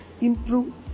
improve